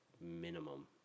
minimum